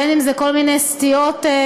בין אם זה כל מיני סטיות אלימות,